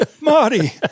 Marty